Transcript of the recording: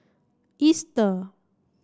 Easter